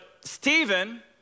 Stephen